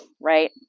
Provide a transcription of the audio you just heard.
right